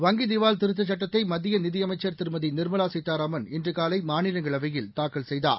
வங்கி திவால் திருத்தச் சுட்டத்தை மத்திய நிதியமைச்சர் திருமதி நிர்மலா சீதாராமன் இன்று காலை மாநிலங்களவையில் தாக்கல் செய்தார்